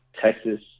Texas